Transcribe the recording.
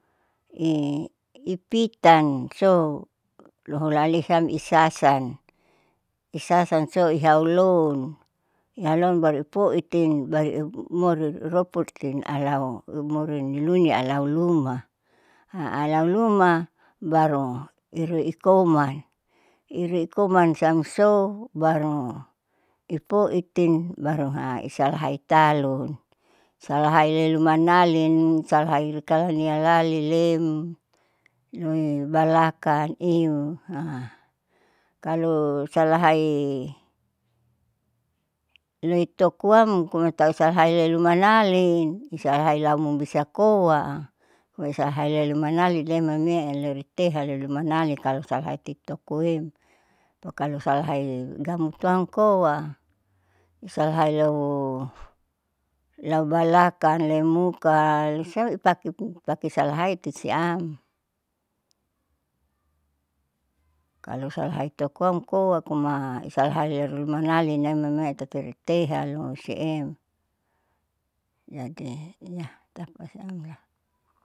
I ipitan sou loholali sam isasan isasan ihaulon ihaulon baru ipoitin baru imori roputin alau rumori lunialau luma alauluma baru irui ikoman iruikoman siam sou baru ipoitin baru isalahai talun salahai lelumanalin, salahai lotalanialalin lem loi blakang iyu. kalo salahai loitokoam koma salu talahai lumanalin isalahai lamun bisa koa a hoi salahai lelumanalin lem ame alori teha lelumanin kalo salahai titokoem po. Kalo salahai gamutuam koa, islahai lau, lau balakang loi muka lisa ipake salahaiti siam kalo slahai tokoam koa koma isalahai yarulimanalime tati litehan loisiem. Jadi tapasiam.